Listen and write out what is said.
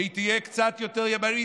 היא תהיה קצת יותר ימנית,